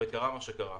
--- וקרה מה שקרה.